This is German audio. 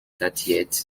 datiert